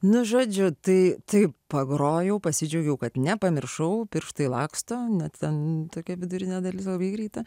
na žodžiu tai taip pagrojau pasidžiaugiau kad nepamiršau pirštai laksto ne ten tokia vidurinė dalis buvo vykdyta